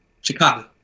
Chicago